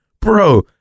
bro